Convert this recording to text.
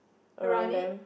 around it